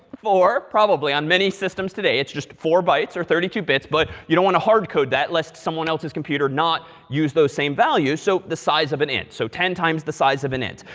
four, probably. on many systems today, it's just four bytes or thirty two bits, but you don't want to hard code that lest someone else's computer not use those same values. so the size of an int. so ten times the size of an int.